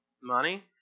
money